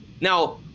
Now